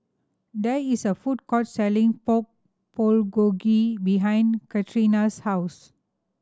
there is a food court selling Pork Bulgogi behind Katrina's house